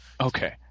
Okay